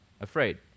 afraid